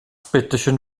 bitteschön